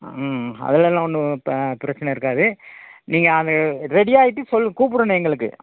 ம் ம் அதெலலாம் ஒன்றும் இப்போ பிரச்சின இருக்காது நீங்கள் அது ரெடியாகிட்டு சொல் கூப்பிடணும் எங்களுக்கு